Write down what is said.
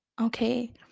okay